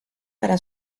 para